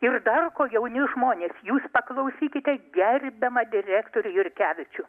ir darko jauni žmonės jūs paklausykite gerbiamą direktorių jurkevičių